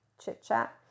chit-chat